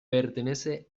pertenece